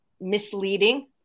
misleading